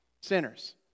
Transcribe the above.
sinners